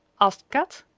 asked kat.